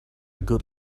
good